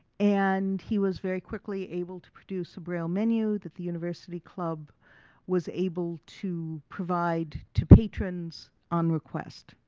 and he was very quickly able to produce a braille menu that the university club was able to provide to patrons on request.